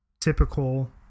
Typical